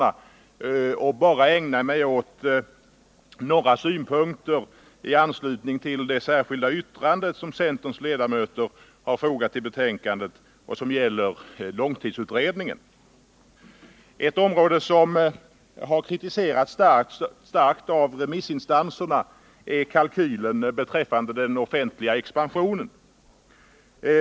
Jag skall bara anlägga några synpunkter i anslutning till det särskilda yttrande som centerns ledamöter fogat vid betänkandet och som gäller långtidsutredningen. Ett område som har kritiserats hårt av remissinstanserna är kalkylen beträffande den offentliga expansionen.